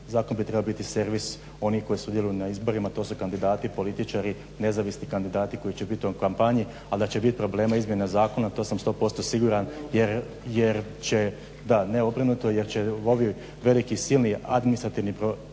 Zakon bi trebao biti servis onih koji sudjeluju na izborima, to su kandidati političari, nezavisni kandidati koji će bit u kampanji ali da će bit problema izmjena zakona to sam 100% siguran, ne obrnuto jer će ovi velika silna administrativna rješenja